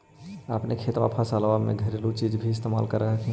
अपने खेतबा फसल्बा मे घरेलू चीज भी इस्तेमल कर हखिन?